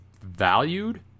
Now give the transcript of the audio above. valued